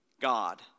God